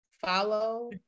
follow